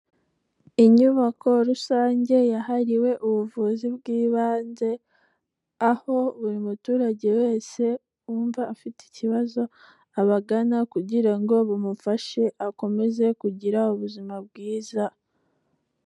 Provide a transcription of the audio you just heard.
Inyubako rusange yahariwe ubuvuzi bw'ibanze, aho buri muturage wese wumva afite ikibazo, abagana kugira ngo bamufashe akomeze kugira ubuzima bwiza.